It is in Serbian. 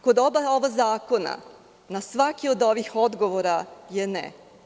Kod oba ova zakona, na svaki od ovih odgovora je – ne.